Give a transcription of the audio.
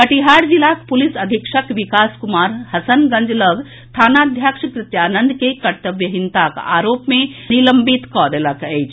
कटिहार जिलाक पुलिस अधीक्षक विकास कुमार हसनगंज लऽग थानाध्यक्ष कृत्यानंद के कर्तव्यहीनताक आरोप मे निलंबित कऽ देलक अछि